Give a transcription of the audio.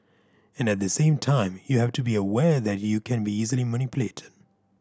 and at the same time you have to be aware that you can be easily manipulated